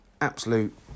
absolute